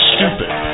Stupid